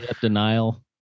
Denial